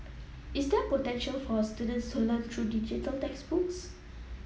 is there potential for our students to learn through digital textbooks